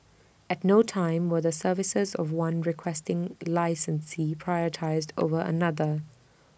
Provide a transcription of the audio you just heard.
at no time were the services of one Requesting Licensee prioritised over another